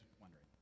wondering